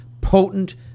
potent